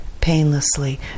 painlessly